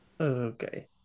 okay